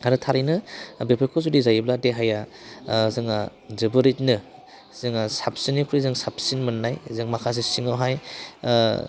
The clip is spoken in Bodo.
आरो थारैनो बेफोरखौ जुदि जायोब्ला देहाया जोंहा जोबोरैनो जोङो साबसिननिख्रुइ जों साबसिन मोननाय जों माखासे सिङावहाय